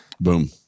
Boom